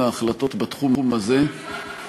ההחלטות בנושא הגיור הן החלטות מאוד מאוד מהותיות,